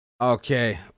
Okay